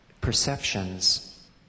perceptions